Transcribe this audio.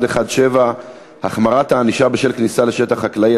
117) (החמרת הענישה בשל כניסה לשטח חקלאי),